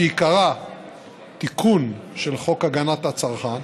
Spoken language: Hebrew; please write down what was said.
שעיקרה תיקון של חוק הגנת הצרכן,